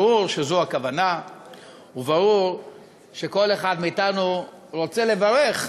ברור שזו הכוונה וברור שכל אחד מאתנו רוצה לברך,